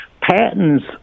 patents